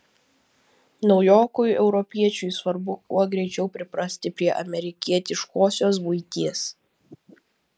naujokui europiečiui svarbu kuo greičiau priprasti prie amerikietiškosios buities